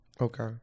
Okay